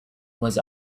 was